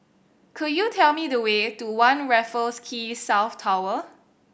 could you tell me the way to One Raffles Quay South Tower